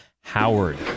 howard